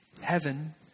Heaven